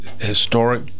historic